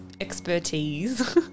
expertise